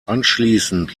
anschließend